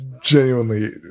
genuinely